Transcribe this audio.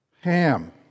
ham